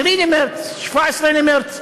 10 במרס, 17 במרס.